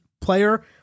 player